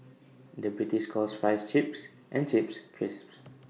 the British calls Fries Chips and Chips Crisps